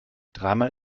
dreimal